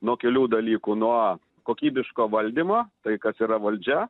nuo kelių dalykų nuo kokybiško valdymo tai kas yra valdžia